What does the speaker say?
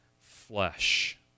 flesh